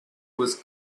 was